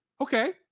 Okay